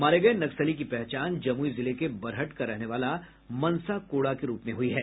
मारे गये नक्सली की पहचान जमुई जिले के बरहट का रहने वाला मंसा कोड़ा के रूप में हुई है